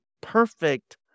perfect